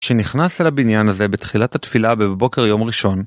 שנכנס אל הבניין הזה בתחילת התפילה בבוקר יום ראשון.